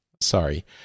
Sorry